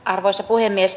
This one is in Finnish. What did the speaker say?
arvoisa puhemies